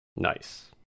Nice